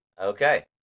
Okay